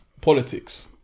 Politics